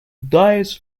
dies